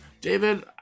David